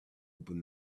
open